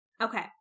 Okay